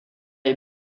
est